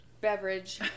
beverage